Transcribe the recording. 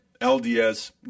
LDS